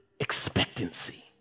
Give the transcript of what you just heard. expectancy